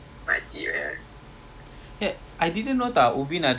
ya ya kita dah missed confirm lah